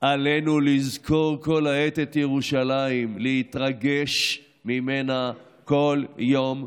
עלינו לזכור כל העת את ירושלים: להתרגש ממנה כל יום,